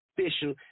official